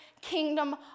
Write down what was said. kingdom